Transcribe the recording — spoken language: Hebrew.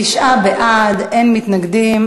התשע"ד 2014,